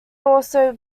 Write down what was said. also